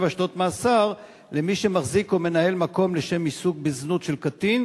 מאסר למי שמחזיק או מנהל מקום לשם עיסוק בזנות של קטין.